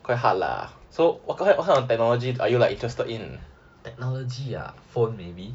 quite hard lah technology ah phone maybe